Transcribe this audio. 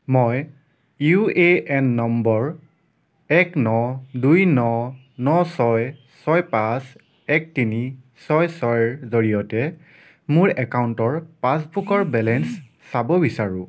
মই U A N number এক ন দুই ন ন ছয় ছয় পাঁচ এক তিনি ছয় ছয়ৰ জৰিয়তে মোৰ একাউণ্টৰ পাছবুকৰ বেলেঞ্চ চাব বিচাৰোঁ